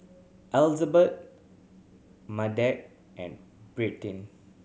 Elizebeth Madge and